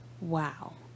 Wow